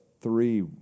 three